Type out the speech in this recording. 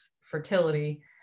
fertility